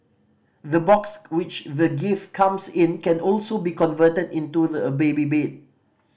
the box which the gift comes in can also be converted into the a baby bed